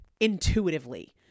intuitively